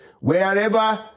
Wherever